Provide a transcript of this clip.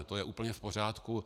To je úplně v pořádku.